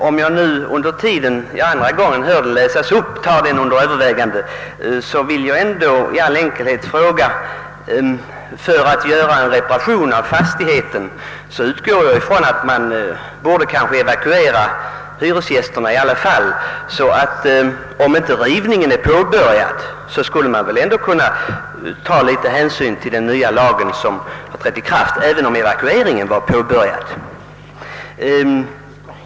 Om jag nu andra gången jag hör den läsas upp tar den under övervägande, vill jag ändå i all enkelhet konstatera att man, om man gör en reparation av fastigheten, kanske måste evakuera hyresgästerna i alla fall. Om inte rivningen satts i gång skulle man väl ändå kunnat ta litet hänsyn till den nya lag som trätt i kraft, även om evakueringen är påbörjad.